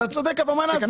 אתה צודק, אבל מה נעשה?